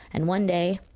and one day,